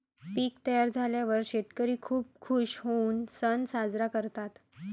पीक तयार झाल्यावर शेतकरी खूप खूश होऊन सण साजरा करतात